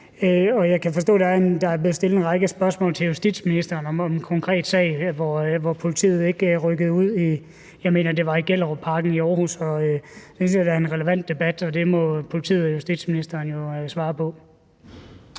jeg kan forstå, at der er blevet stillet en række spørgsmål til justitsministeren om en konkret sag, hvor politiet ikke rykkede ud. Jeg mener, det var i Gellerupparken i Aarhus, og det synes jeg da er en relevant debat, og det må politiet og justitsministeren jo svare på.